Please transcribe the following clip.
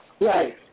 Right